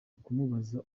kumubaza